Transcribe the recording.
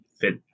fit